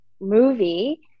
movie